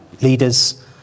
leaders